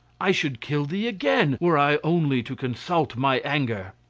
i should kill thee again, were i only to consult my anger.